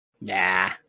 Nah